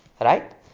Right